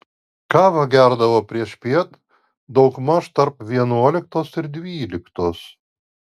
kavą gerdavo priešpiet daugmaž tarp vienuoliktos ir dvyliktos